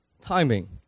timing